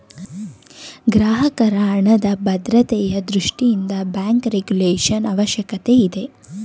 ಗ್ರಾಹಕರ ಹಣದ ಭದ್ರತೆಯ ದೃಷ್ಟಿಯಿಂದ ಬ್ಯಾಂಕ್ ರೆಗುಲೇಶನ್ ಅವಶ್ಯಕತೆ ಇದೆ